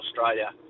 Australia